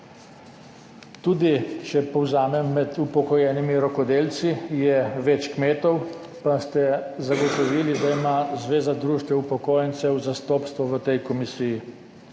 Tudi, če povzamem, med upokojenimi rokodelci je več kmetov, pa ste zagotovili, da ima Zveza društev upokojencev zastopstvo v tej komisiji.